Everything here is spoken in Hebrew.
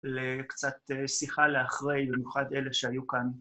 לקצת שיחה לאחרי במיוחד אלה שהיו כאן.